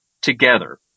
together